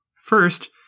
First